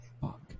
fuck